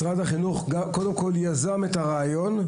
משרד החינוך יזם את הרעיון,